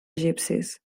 egipcis